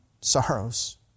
sorrows